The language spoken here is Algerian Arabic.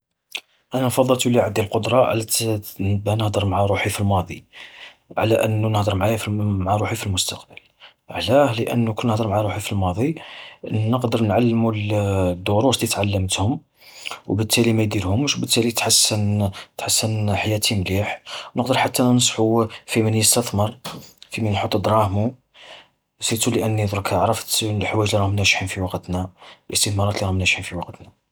أنا نفضل تولي عدي القدرة ت-باه نهدر مع روحي في الماضي على أنو نهدر معايا مع روحي في المستقبل. علاه؟ لأنو كون نهدر مع روحي في الماضي، نقدر نعلمو الدروس التي تعلمتهم، وبالتالي ما يديرهمش وبالتالي تحسن تحسن حياتي مليح. نقدر حتى ننصحو في من يستثمر، في من يحط دراهمو، سيرتو لأنني ظركا عرفت الحوايج اللي راهم ناجحين في وقتنا، الاستثمارات اللي راهم ناجحين في وقتنا.